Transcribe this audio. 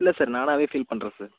இல்லை சார் நானாகவே ஃபீல் பண்ணுறேன் சார்